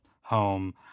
home